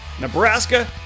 Nebraska